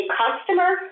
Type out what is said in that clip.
customer